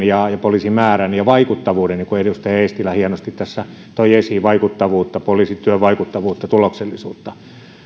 ja poliisimäärästä ja vaikuttavuudesta niin kuin edustaja eestilä hienosti tässä toi esiin vaikuttavuutta poliisityön vaikuttavuutta tuloksellisuutta